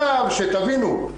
שתבינו,